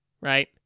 right